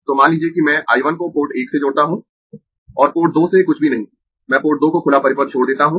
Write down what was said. तो मान लीजिए कि मैं I 1 को पोर्ट 1 से जोड़ता हूं और पोर्ट 2 से कुछ भी नहीं मैं पोर्ट 2 को खुला परिपथ छोड़ देता हूं